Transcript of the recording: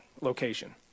location